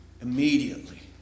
Immediately